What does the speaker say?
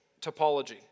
topology